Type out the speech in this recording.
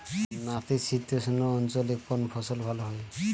নাতিশীতোষ্ণ অঞ্চলে কোন ফসল ভালো হয়?